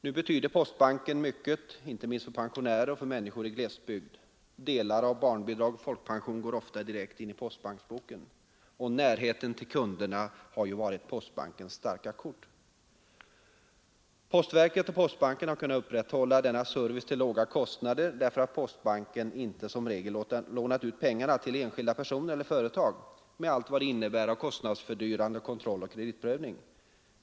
Nu betyder postbanken mycket, inte minst för pensionärer och människor i glesbygd: delar av barnbidrag och folkpension går ofta direkt in på postbanksboken, och närheten till kunderna har varit postbankens starka kort. Postbanken och postverket har kunnat upprätthålla denna service till låga kostnader därför att postbanken som regel inte lånat ut pengarna till enskilda personer eller företag — med allt vad det innebär av kostnadsfördyrande kontroll och kreditprövning.